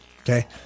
okay